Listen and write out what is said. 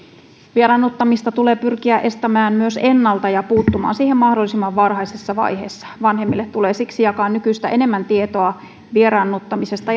vieraannuttamista tulee pyrkiä estämään myös ennalta ja puuttumaan siihen mahdollisimman varhaisessa vaiheessa vanhemmille tulee siksi jakaa nykyistä enemmän tietoa vieraannuttamisesta